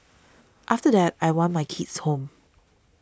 after that I want my kids home